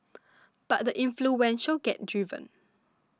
but the influential get driven